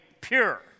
pure